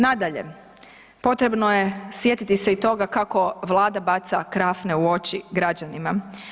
Nadalje, potrebno je sjetiti se i toga kako Vlada baca krafne u oči građanima.